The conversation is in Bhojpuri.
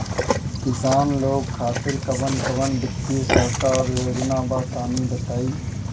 किसान लोग खातिर कवन कवन वित्तीय सहायता और योजना बा तनि बताई?